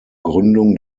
gründung